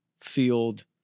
field